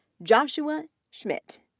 joshua schmitt,